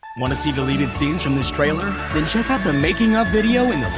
want to see deleted scenes from this trailer? then check out the making of video. and